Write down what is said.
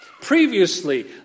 Previously